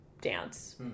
dance